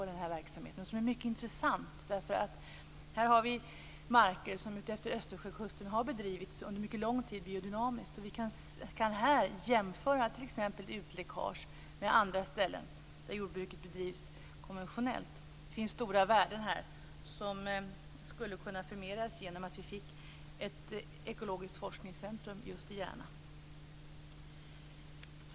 Där finns marker utefter Östersjökusten som det har bedrivits biodynamisk odling på under mycket lång tid. Stora värden skulle kunna förmeras genom att vi fick ett ekologiskt forskningscentrum just i Järna.